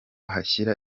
ashyira